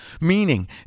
meaning